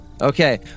okay